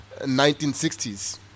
1960s